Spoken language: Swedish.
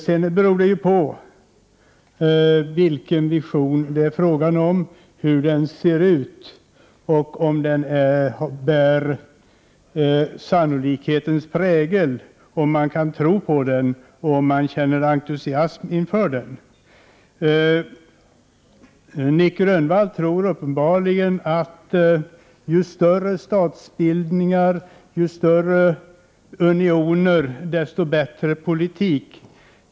Sedan beror det på vilken vision det är fråga om — om visionen bär sannolikhetens prägel, om man kan tro på den och om man kan känna entusiasm inför den. För Nic Grönvall gäller uppenbarligen följande: ju större statsbildningar och unioner, desto bättre politik.